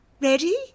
Ready